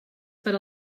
per